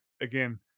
again